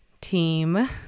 Team